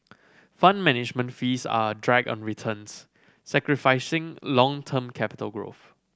Fund Management fees are a drag on returns sacrificing long term capital growth